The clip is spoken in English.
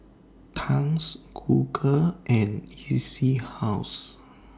Tangs Google and E C House